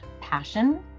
Passion